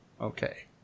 Okay